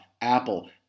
Apple